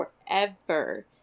forever